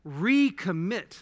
Recommit